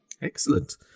Excellent